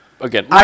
again